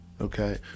okay